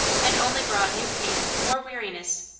and only brought new pain, more weariness.